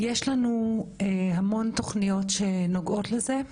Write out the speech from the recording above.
יש לנו המון תוכניות שנוגעות לזה.